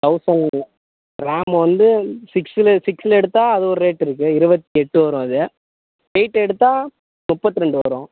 thousand ரேம் வந்து சிக்ஸில் சிக்ஸில் எடுத்தால் அது ஒரு ரேட் இருக்கு இருவத்தி எட்டு வரும் அது எயிட் எடுத்தால் முப்பத்தி ரெண்டு வரும்